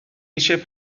eisiau